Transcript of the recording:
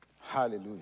Hallelujah